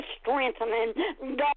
strengthening